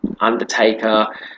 Undertaker